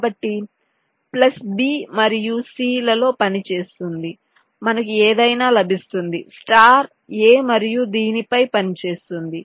కాబట్టి plus B మరియు C లలో పని చేస్తుంది మనకు ఏదైనా లభిస్తుంది స్టార్ A మరియు దీనిపై పని చేస్తుంది